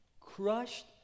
crushed